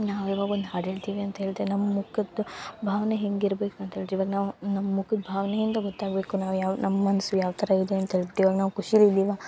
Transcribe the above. ನಾವು ಇವಾಗ ಒಂದು ಹಾಡು ಹೇಳ್ತೀವಿ ಅಂತ ಹೇಳ್ದ್ರೆ ನಮ್ಮ ಮುಖದ್ದು ಭಾವನೆ ಹೆಂಗೆ ಇರ್ಬೇಕಂತ ಹೇಳ್ತೀವಿ ಇವಾಗ ನಾವು ನಮ್ಮ ಮುಖದ ಭಾವನೆಯಿಂದ ಗೊತ್ತಾಗಬೇಕು ನಾವು ಯಾವ ನಮ್ಮ ಮನಸ್ಸು ಯಾವ ಥರ ಇದೆ ಅಂತ ಹೇಳ್ಬಿಟ್ ಇವಾಗ ನಾವು ಖುಷಿಲಿ ಇದ್ದೀವಾ